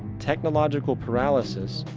technological paralysis,